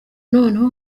noneho